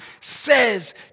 says